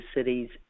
Cities